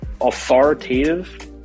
Authoritative